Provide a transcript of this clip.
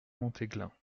montéglin